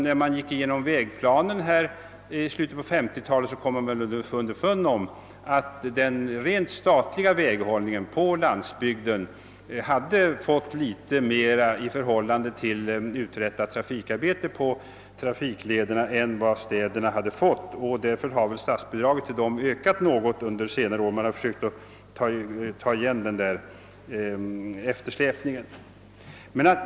När man gick igenom vägplanen i slutet av 1950-talet kom man underfund med att den rent statliga väghållningen på landsbygden hade fått litet mera i förhållande till trafikarbetet än städerna, och därför har statsbidraget till städerna ökat något under senare år. Man har alltså försökt ta igen eftersläpningen.